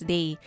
Day